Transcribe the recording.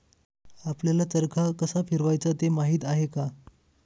आपल्याला चरखा कसा फिरवायचा ते माहित आहे का?